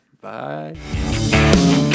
Bye